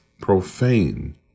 profane